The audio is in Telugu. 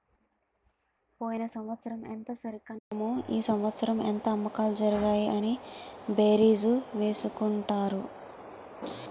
పోయిన సంవత్సరం ఎంత సరికన్నాము ఈ సంవత్సరం ఎంత అమ్మకాలు జరిగాయి అని బేరీజు వేసుకుంటారు